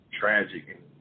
Tragic